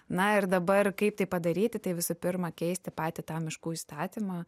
na ir dabar kaip tai padaryti tai visų pirma keisti patį tą miškų įstatymą